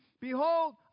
Behold